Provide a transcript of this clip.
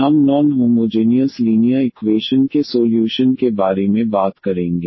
हम non homogeneous linear equation के solution के बारे में बात करेंगे